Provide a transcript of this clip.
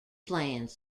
plans